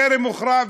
טרם הוכרע,